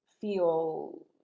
feel